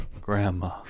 Grandma